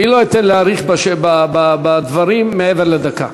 אני לא אתן להאריך בדברים מעבר לדקה.